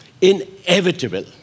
Inevitable